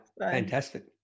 Fantastic